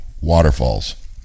waterfalls